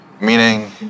Meaning